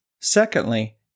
Secondly